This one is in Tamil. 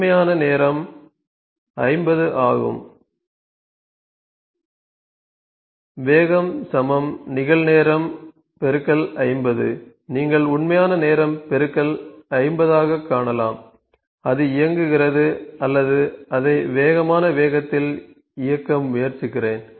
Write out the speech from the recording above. உண்மையான நேரம் 50 ஆகும் வேகம் நிகழ் நேரம் 50 நீங்கள் உண்மையான நேரம் 50 ஆகக் காணலாம் அது இயங்குகிறது அல்லது அதை வேகமான வேகத்தில் இயக்க முயற்சிக்கிறேன்